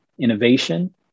innovation